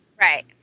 Right